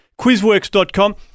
quizworks.com